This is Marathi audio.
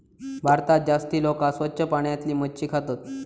भारतात जास्ती लोका स्वच्छ पाण्यातली मच्छी खातत